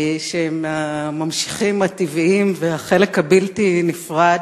שהם הממשיכים הטבעיים, והחלק הבלתי נפרד,